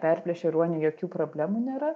perplėšia ruoniui jokių problemų nėra